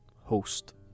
host